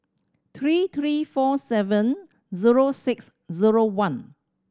three three four seven zero six zero one